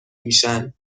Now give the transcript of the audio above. میشن